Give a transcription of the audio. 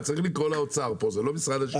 צריך לקרוא לאוצר, זה לא משרד השיכון.